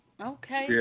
Okay